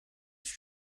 this